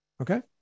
Okay